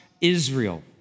Israel